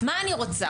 מה אני רוצה?